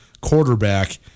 quarterback